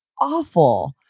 awful